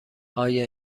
آیا